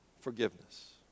forgiveness